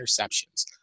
interceptions